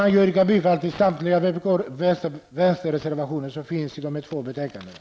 Jag yrkar bifall till samtliga vänsterreservationer som är fogade till dessa två betänkanden.